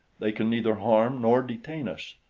they can neither harm nor detain us,